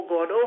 God